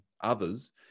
others